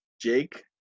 Jake